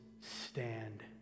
stand